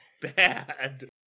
bad